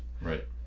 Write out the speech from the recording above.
Right